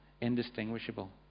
indistinguishable